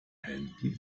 händen